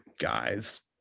guys